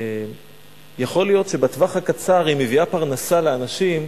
שיכול להיות שבטווח הקצר מביאה פרנסה לאנשים,